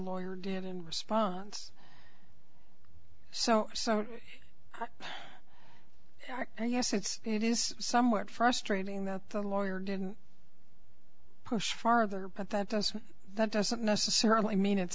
lawyer did in response so so yes it's it is somewhat frustrating that the lawyer didn't push farther but that doesn't that doesn't necessarily mean it's